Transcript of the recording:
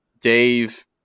Dave